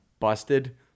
Busted